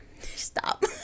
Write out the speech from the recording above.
Stop